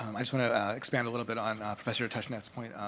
um i just want to expand a little bit on professor tushnet's point.